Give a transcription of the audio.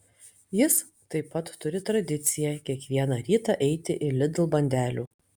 jis taip pat turi tradiciją kiekvieną rytą eiti į lidl bandelių